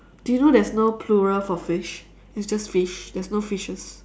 do you know there's no plural for fish it's just fish there's no fishes